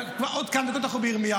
עוד כמה דקות אנחנו בירמיהו.